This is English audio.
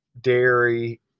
dairy